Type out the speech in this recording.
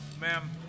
ma'am